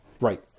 right